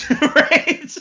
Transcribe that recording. right